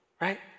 Right